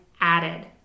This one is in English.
added